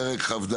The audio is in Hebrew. פרק כ"ד